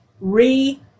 re-